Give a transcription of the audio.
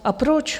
A proč?